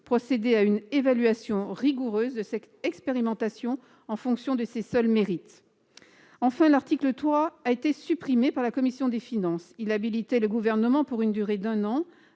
procéder à une évaluation rigoureuse de cette expérimentation en fonction de ses seuls mérites. Enfin, l'article 3 a été supprimé par la commission des finances. Il habilitait le Gouvernement, pour une durée d'un an,